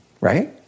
right